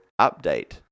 update